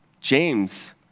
James